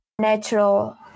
natural